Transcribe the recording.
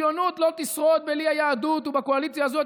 הציונות לא תשרוד בלי היהדות ובקואליציה הזאת